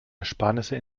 ersparnisse